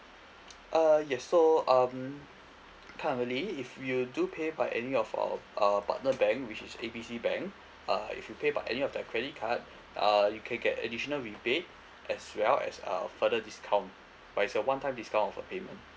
err yes so um currently if you do pay via any of our err partner bank which is A B C bank uh if you pay by any of their credit card err you can get additional rebate as well as err further discount but it's a one time discount of a payment